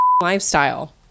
lifestyle